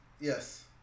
Yes